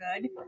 good